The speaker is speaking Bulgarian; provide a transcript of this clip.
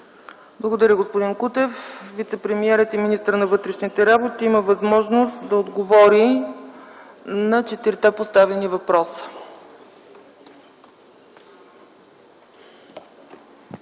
Благодаря, господин Кутев. Вицепремиерът и министър на вътрешните работи има възможност да отговори на четирите поставени въпроса.